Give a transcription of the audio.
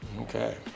Okay